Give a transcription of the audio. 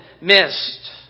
missed